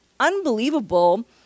unbelievable